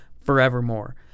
forevermore